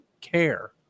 care